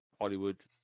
Hollywood